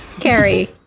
Carrie